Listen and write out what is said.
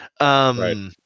Right